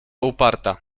uparta